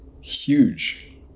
huge